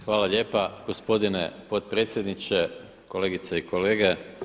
Hvala lijepa gospodine potpredsjedniče, kolegice i kolege.